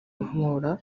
muhora